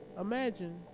Imagine